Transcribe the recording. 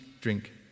drink